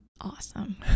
Awesome